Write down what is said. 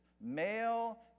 male